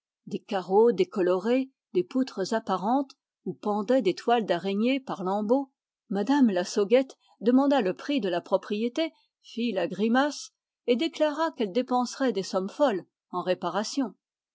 des carreaux décolorés des poutres apparentes où pendaient des toiles d'araignées par lambeaux mme lassauguette demanda le prix de la propriété fit la grimace et déclara qu'elle dépenserait des sommes folles en réparations